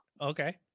Okay